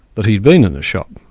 that he'd been in the shop.